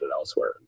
elsewhere